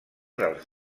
dels